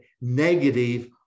Negative